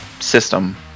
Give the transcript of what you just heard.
system